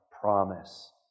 promise